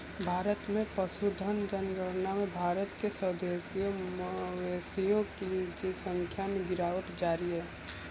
भारत में पशुधन जनगणना में भारत के स्वदेशी मवेशियों की संख्या में गिरावट जारी है